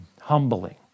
humbling